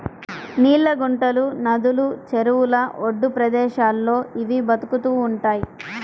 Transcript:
నీళ్ళ గుంటలు, నదులు, చెరువుల ఒడ్డు ప్రదేశాల్లో ఇవి బతుకుతూ ఉంటయ్